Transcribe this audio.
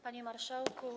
Panie Marszałku!